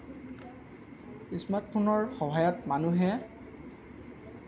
স্মাৰ্টফোনৰ সহায়ত মানুহে